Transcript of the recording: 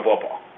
football